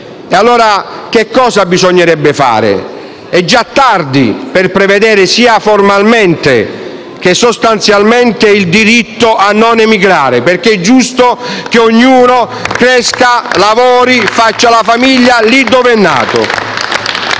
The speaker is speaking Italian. asilo (…)». Cosa bisognerebbe fare allora? È già tardi per prevedere sia formalmente che sostanzialmente il diritto a non emigrare perché è giusto che ognuno cresca, lavori e faccia famiglia lì dove è nato.